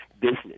business